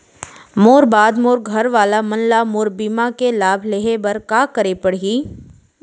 मोर बाद मोर घर वाला मन ला मोर बीमा के लाभ लेहे बर का करे पड़ही?